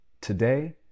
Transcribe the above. today